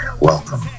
Welcome